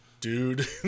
dude